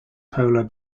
polar